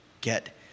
get